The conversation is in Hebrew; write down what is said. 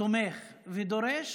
תומך ודורש